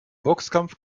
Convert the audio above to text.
boxkampf